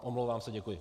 Omlouvám se, děkuji.